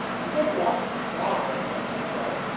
a good lusty cry, some one said.